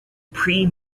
pre